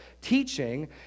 teaching